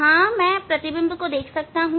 हां मैं प्रतिबिंब को देख सकता हूं